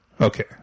Okay